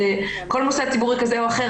כל מוסד ציבורי כזה או אחר,